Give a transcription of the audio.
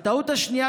הטעות השנייה,